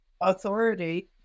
authority